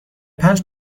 پنج